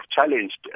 challenged